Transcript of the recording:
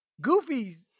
Goofy's